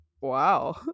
wow